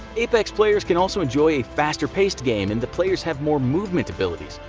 apex players can also enjoy a faster-paced game and the players have more movement abilities.